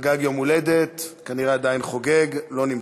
שחגג יום הולדת, כנראה עדיין חוגג, לא נמצא.